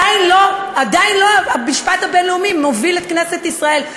המשפט הבין-לאומי עדיין לא מוביל את כנסת ישראל.